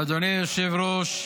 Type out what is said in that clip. אדוני היושב-ראש,